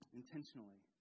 intentionally